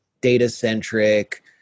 data-centric